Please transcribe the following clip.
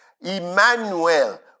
Emmanuel